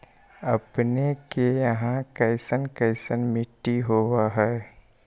अपने के यहाँ कैसन कैसन मिट्टी होब है?